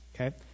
Okay